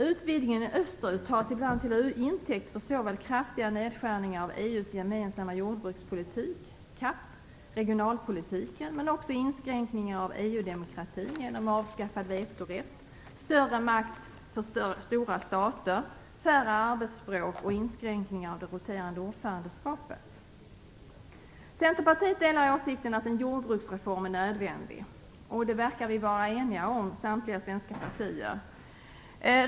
Utvidgningen österut tas ibland till intäkt för såväl kraftiga nedskärningar av EU:s gemensamma jordbrukspolitik, CAP, som regionalpolitiken och inskränkningar av EU-demokratin genom avskaffad vetorätt, större makt för stora stater, färre arbetsspråk och inskränkningar av det roterande ordförandeskapet. Centerpartiet delar åsikten att en jordbruksreform är nödvändig. Detta verkar samtliga svenska partier vara eniga om.